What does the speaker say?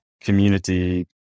community